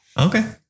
Okay